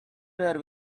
there